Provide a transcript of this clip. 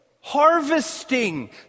harvesting